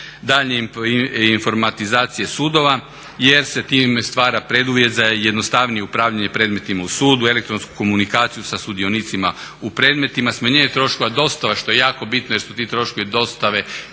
daljnje informatizacije sudova jer se time stvara preduvjet za jednostavnije upravljanje predmetima u sudu, elektronsku komunikaciju sa sudionicama u predmetima, smanjenje troškova, dostava što je jako bitno jer su ti troškovi iznimno